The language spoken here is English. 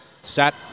Set